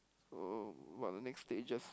uh but the next stages